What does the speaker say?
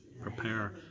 prepare